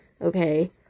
Okay